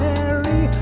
Mary